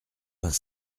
vingt